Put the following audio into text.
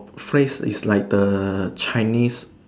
phrase is like the Chinese